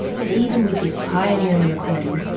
but even with this pioneering recording,